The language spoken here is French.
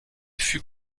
fut